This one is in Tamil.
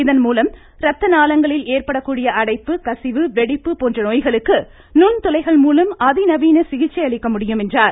இதன்மூலம் ரத்தநாளங்களில் ஏற்படக்கூடிய அடைப்பு கசிவு வெடிப்பு போன்ற நோய்களுக்கு நுண்துளைகள் மூலம் அதிநவீன சிகிச்சை அளிக்க முடியும் என்றார்